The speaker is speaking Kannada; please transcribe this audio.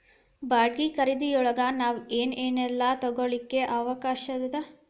ಬಾಡ್ಗಿ ಖರಿದಿಯೊಳಗ್ ನಾವ್ ಏನ್ ಏನೇಲ್ಲಾ ತಗೊಳಿಕ್ಕೆ ಅವ್ಕಾಷದ?